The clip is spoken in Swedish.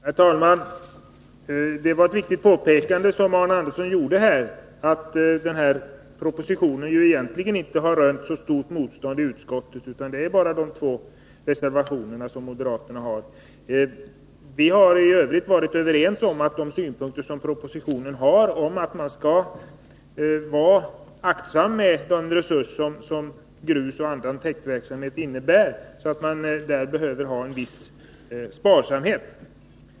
Herr talman! Arne Andersson i Ljung gjorde ett riktigt påpekande, nämligen att propositionen egentligen inte har rönt så stort motstånd i utskottet. Det förekommer bara två reservationer från moderaterna. I övrigt har vi varit överens om propositionens synpunkt att man skall vara aktsam med den viktiga resurs som gruset är.